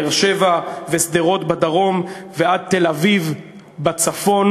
באר-שבע ושדרות בדרום ועד תל-אביב בצפון.